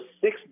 six